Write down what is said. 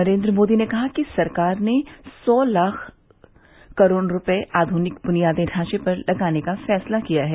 नरेन्द्र मोदी ने कहा कि सरकार ने सौ लाख करोड़ रुपये आधुनिक बुनियादी ढांचे पर लगाने का फैसला किया है